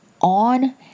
on